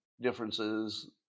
differences